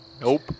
Nope